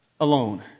alone